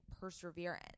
perseverance